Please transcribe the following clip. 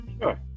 Sure